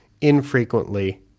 infrequently